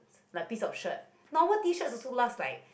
like piece of shirt normal T shirt also last like